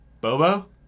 Bobo